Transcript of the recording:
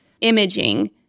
imaging